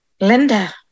Linda